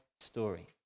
story